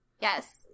Yes